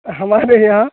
हमारे यहाँ